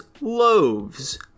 loaves